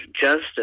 justice